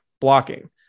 blocking